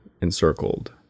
encircled